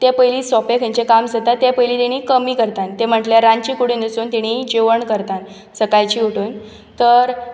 ते पयली सोपें खंयचे काम जाता ते पयली तेंणी कमी करतां तें म्हटल्यार रांदचे कुडीन वचून तेमी जेवण करतां सकाळचे उठून तर